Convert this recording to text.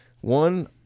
one